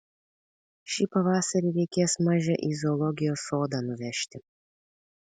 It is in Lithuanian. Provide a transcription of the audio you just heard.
šį pavasarį reikės mažę į zoologijos sodą nuvežti